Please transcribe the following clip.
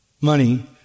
money